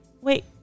Wait